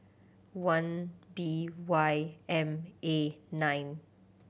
one B Y M A nine